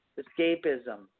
escapism